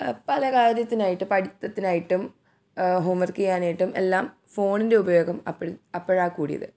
പല കാര്യത്തിനായിട്ടും പഠിത്തത്തിനായിട്ടും ഹോംവർക്ക് ചെയ്യാനായിട്ടും എല്ലാം ഫോണിൻ്റെ ഉപയോഗം ആപ്പോഴ് അപ്പോഴാണ് കൂടിയത്